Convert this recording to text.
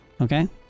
Okay